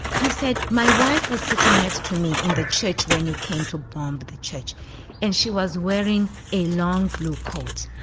he said, my wife was sitting next to me in the church when you came to bomb but the church and she was wearing a long blue coat.